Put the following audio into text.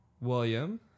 William